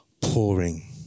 pouring